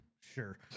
Sure